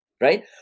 right